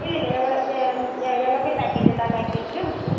ഇല്ലില്ല ഞങ്ങൾ ഞാൻ ഞങ്ങൾക്കൊരു പാക്കേജ് ഉണ്ട് ആ പാക്കേജിൽ ബുക്ക് ചെയ്യാം